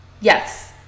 yes